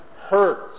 hurts